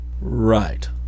Right